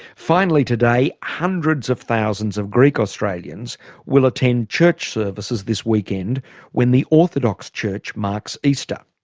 finally today, hundreds of thousands of greek australians will attend church services this weekend when the orthodox church marks easter.